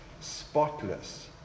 spotless